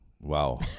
Wow